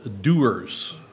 doers